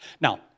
Now